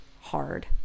hard